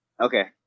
Okay